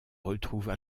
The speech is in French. retrouvent